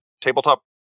tabletop